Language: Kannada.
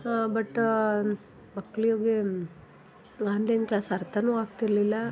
ಬಟ್ ಮಕ್ಕಳಿಗೆ ಆನ್ಲೈನ್ ಕ್ಲಾಸ್ ಅರ್ಥವೂ ಆಗ್ತಿರಲಿಲ್ಲ